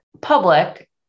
public